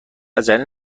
عجله